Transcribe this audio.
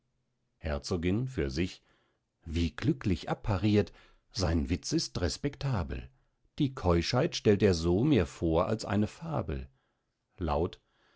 herzogin für sich wie glücklich abpariert sein witz ist respectabel die keuschheit stellt er so mir vor als eine fabel laut